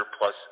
plus